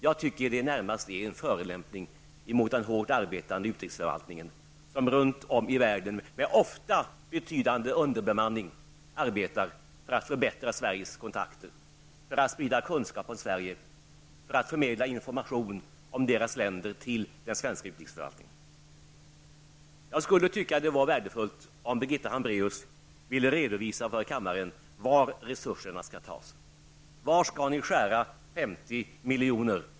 Jag tycker att det närmast är en förolämpning mot den hårt arbetande utrikesförvaltningen som runt om i världen, ofta med betydande underbemanning, arbetar för att förbättra Sveriges kontakter, för att sprida kunskap om Sverige och för att förmedla information om sina länder till den svenska utrikesförvaltningen. Jag skulle tycka att det vore värdefullt om Birgitta Hambraeus ville redovisa för kammaren var resurserna skall tas. Var skall ni skära 50 milj.?